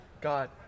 God